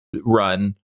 run